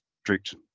strict